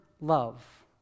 love